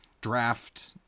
draft